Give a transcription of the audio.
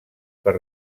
per